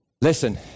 Listen